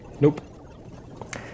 Nope